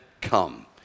come